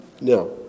No